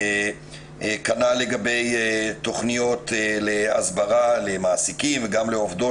כנ"ל לגבי תוכניות הסברה למעסיקים וגם תוכניות הסברה לעובדות,